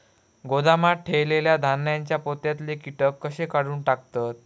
गोदामात ठेयलेल्या धान्यांच्या पोत्यातले कीटक कशे काढून टाकतत?